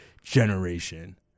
generation